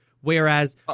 Whereas